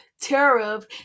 tariff